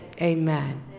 Amen